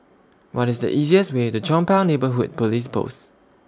What IS The easiest Way to Chong Pang Neighbourhood Police Post